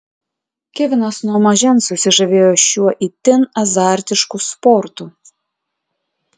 kevinas nuo mažens susižavėjo šiuo itin azartišku sportu